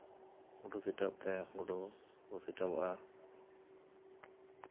ᱜᱩᱰᱩ ᱥᱤᱴᱟᱹᱯ ᱛᱮ ᱜᱩᱰᱩ ᱠᱚ ᱥᱤᱴᱟᱹᱵᱚᱜᱼᱟ